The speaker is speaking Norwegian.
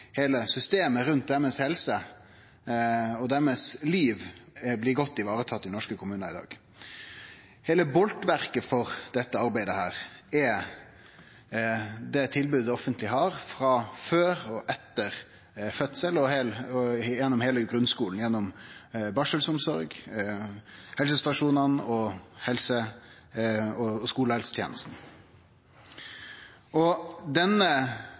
heile systemet rundt deira helse og deira liv blir godt varetatt i norske kommunar i dag. Heile bolverket for dette arbeidet er det tilbodet det offentlege har før og etter fødselen og gjennom heile grunnskolen – gjennom barselsomsorg, helsestasjonane og skolehelsetenesta. Dette er på mange måtar gullet i den norske velferdsstaten og